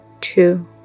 two